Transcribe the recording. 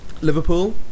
Liverpool